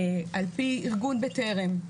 על פי ארגון "בטרם",